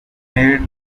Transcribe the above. made